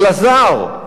אל הזר,